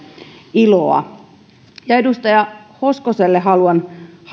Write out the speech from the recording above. iloa edustaja hoskoselle haluan